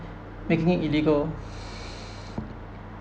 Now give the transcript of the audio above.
making it illegal